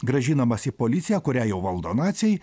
grąžinamas į policiją kurią jau valdo naciai